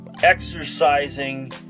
exercising